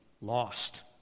lost